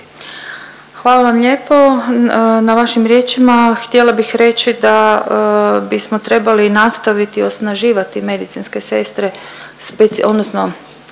Hvala vam lijepo na vašim riječima. Htjela bih reći da bismo trebali nastaviti osnaživati medicinske sestre spec… odnosno